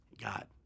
God